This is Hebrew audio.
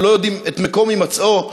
לא יודעים את מקום הימצאו,